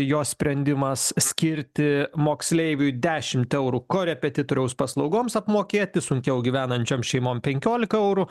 jos sprendimas skirti moksleiviui dešimt eurų korepetitoriaus paslaugoms apmokėti sunkiau gyvenančiom šeimom penkiolika eurų